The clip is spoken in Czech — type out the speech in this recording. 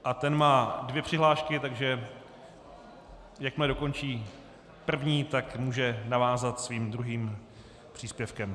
A ten má dvě přihlášky, takže jakmile dokončí první, tak může navázat svým druhým příspěvkem.